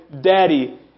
daddy